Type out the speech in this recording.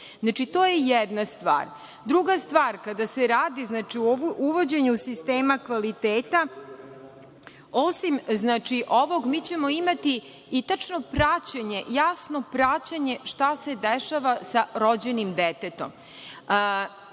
znači to je jedna stvar. Druga stvar, kada se radi o uvođenju sistema kvaliteta, osim ovog imaćemo i tačno praćenje, jasno praćenje šta se dešava sa rođenim detetom.